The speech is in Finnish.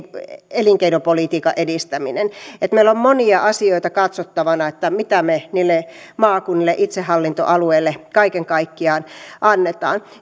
elinkeinopolitiikan edistäminen että meillä on monia asioita katsottavana mitä me niille maakunnille itsehallintoalueille kaiken kaikkiaan annamme